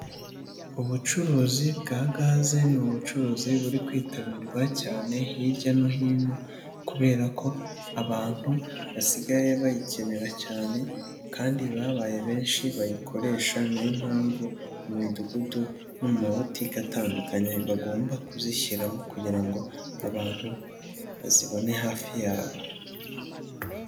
Ubucuruzi bwa gaze ni ubucuruzi buri kwitabirwa cyane hirya no hino kubera ko abantu basigaye bayikenera cyane kandi babaye benshi bayikoresha, niyo mpamvu mu midugudu no mu mabutike atandukanye bagomba kuzishyiramo kugira ngo abantu bazibone hafi yabo.